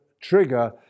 trigger